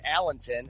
Allenton